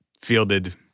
fielded